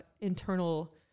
internal